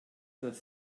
das